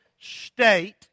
state